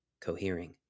cohering